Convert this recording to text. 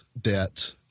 debt